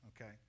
Okay